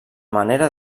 manera